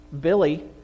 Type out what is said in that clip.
Billy